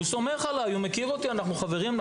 הוא סומך עליי, הוא מכיר אותי, אנחנו חברים.